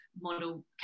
model